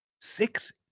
six